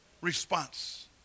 response